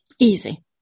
Easy